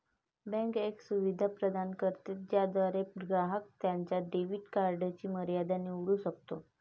bank एक सुविधा प्रदान करते ज्याद्वारे ग्राहक त्याच्या डेबिट कार्डची मर्यादा निवडू शकतो